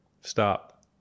Stop